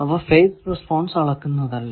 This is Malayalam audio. അവ ഫേസ് റെസ്പോൺസ് അളക്കുന്നതല്ല